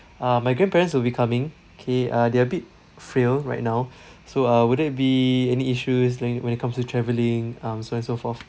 uh my grandparents will be coming K uh they're a bit frail right now so uh would there be any issues when when it comes to travelling um so and so forth